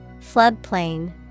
Floodplain